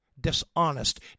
dishonest